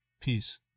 Peace